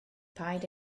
paid